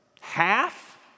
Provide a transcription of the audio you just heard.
Half